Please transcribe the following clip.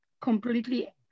completely